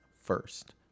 first